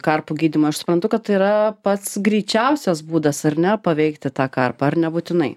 karpų gydymą aš suprantu kad tai yra pats greičiausias būdas ar ne paveikti tą karpą ar nebūtinai